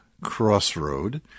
crossroad